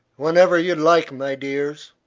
whenever you like, my dears.